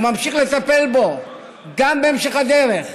הוא ממשיך לטפל בו גם בהמשך הדרך.